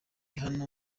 hano